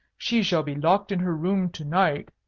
she shall be locked in her room to-night.